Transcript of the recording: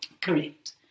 Correct